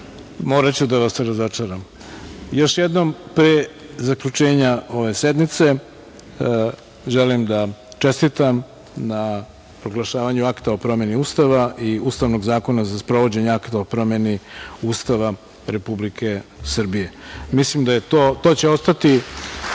moraću da vas razočaram. Još jednom, pre zaključenja ove sednice, želim da čestitam na proglašavanju Akta o promeni Ustava i Ustavnog zakona za sprovođenje Akta o promeniUstava Republike Srbije. To će ostati